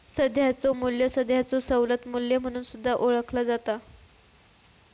सध्याचो मू्ल्य सध्याचो सवलत मू्ल्य म्हणून सुद्धा ओळखला जाता